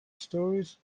stories